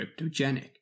cryptogenic